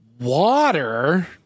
Water